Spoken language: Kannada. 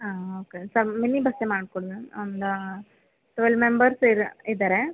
ಹಾಂ ಓಕೆ ಸಾರ್ ಮಿನಿ ಬಸ್ಸೆ ಮಾಡ್ಕೊಡಿ ಮ್ಯಾಮ್ ಒಂದು ಟ್ವೆಲ್ ಮೆಂಬರ್ಸ್ ಇರ ಇದ್ದಾರೆ